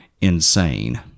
insane